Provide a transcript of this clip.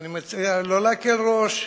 ואני מציע לא להקל ראש,